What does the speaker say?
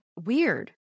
weird